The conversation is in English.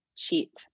cheat